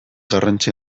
garrantzi